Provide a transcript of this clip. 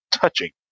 touching